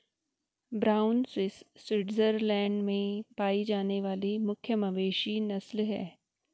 brown Swiss Switzerland में पाई जाने वाली मुख्य मवेशी नस्ल है